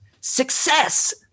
success